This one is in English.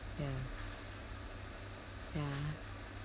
ya ya